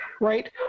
right